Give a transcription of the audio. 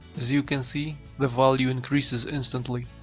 as you can see the value increases instantly.